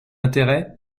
intérêt